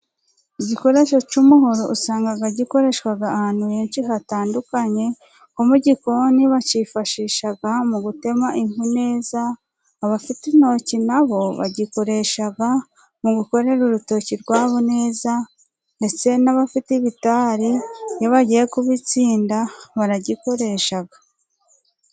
Igikoresho cy'umuhoro usanga gikoreshwa ahantu henshi hatandukanye. Nko mu gikoni bacyifashisha mu gutema inkwi neza . Abafite intoki na bo bagikoresha mu gukorera urutoki rwabo neza . Ndetse n'abafite ibitari iyo bagiye kubitsinda baragikoresha.